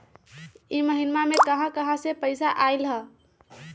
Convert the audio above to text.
इह महिनमा मे कहा कहा से पैसा आईल ह?